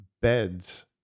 beds